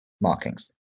markings